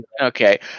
Okay